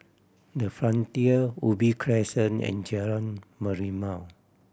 The Frontier Ubi Crescent and Jalan Merlimau